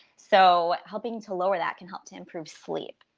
so helping to lower that can help to improve sleep.